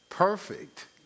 Perfect